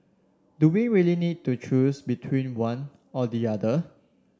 do we really need to choose between one or the other